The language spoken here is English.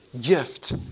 gift